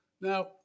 Now